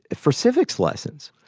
for civics lessons.